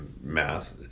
math